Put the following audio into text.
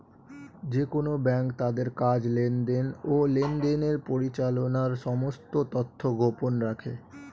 যেকোন ব্যাঙ্ক তাদের কাজ, লেনদেন, ও লেনদেনের পরিচালনার সমস্ত তথ্য গোপন রাখে